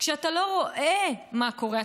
כשאתה לא רואה מה קורה,